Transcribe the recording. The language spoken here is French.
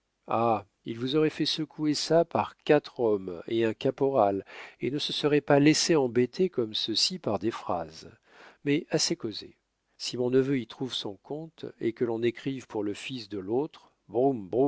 ah il vous aurait fait secouer ça par quatre hommes et un caporal et ne se serait pas laissé embêter comme ceux-ci par des phrases mais assez causé si mon neveu y trouve son compte et que l'on écrive pour le fils de l'autre